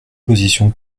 position